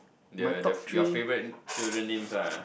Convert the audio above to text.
the the your favourite children names lah